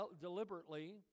deliberately